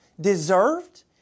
deserved